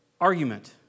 argument